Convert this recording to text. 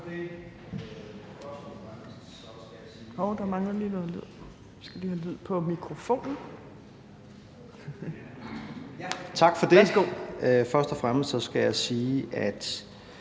Tak for det.